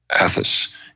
Athos